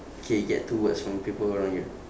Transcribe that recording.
okay get two words from people around you